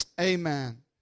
amen